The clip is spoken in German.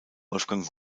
wolfgang